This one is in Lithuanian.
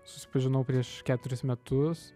susipažinau prieš keturis metus